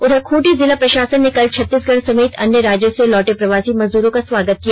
उधर खूंटी जिला प्रशासन ने कल छत्तीसगढ़ समेत अन्य राज्यों से लौटे प्रवासी मजदूरों का स्वागत किया